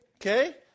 Okay